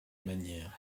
manière